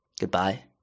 Goodbye